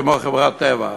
כמו חברת "טבע".